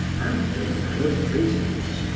and a man of business,